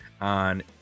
on